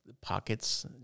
pockets